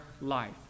life